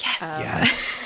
Yes